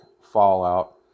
fallout